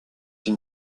une